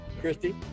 christy